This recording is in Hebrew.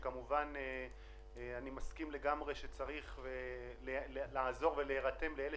שכמובן אני מסכים לגמרי שצריך לעזור ולהירתם לאלה